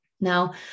Now